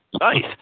Nice